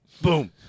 Boom